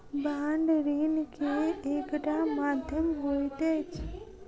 bond ऋण के एकटा माध्यम होइत अछि